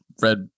red